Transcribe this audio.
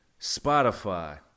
Spotify